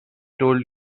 told